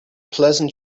pleasant